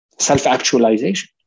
self-actualization